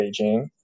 Beijing